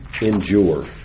endure